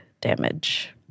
damage